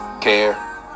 care